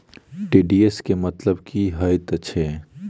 TGS केँ मतलब की हएत छै?